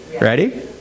Ready